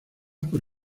por